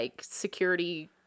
security